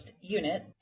unit